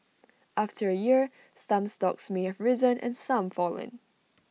after A year some stocks may have risen and some fallen